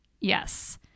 Yes